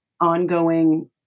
ongoing